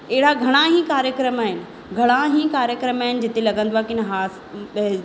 अहिड़ा घणा ई कार्यक्रम आहिनि घणा ई कार्यक्रम आहिनि जिते लॻंदो आहे की न हा